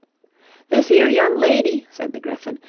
this here young lady said the gryphon,